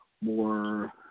more